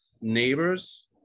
neighbors